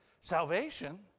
salvation